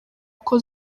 kuko